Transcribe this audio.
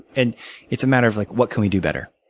and it's a matter of like what can we do better.